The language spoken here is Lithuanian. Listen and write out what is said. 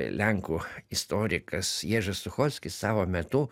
lenkų istorikas ježas suchockis savo metu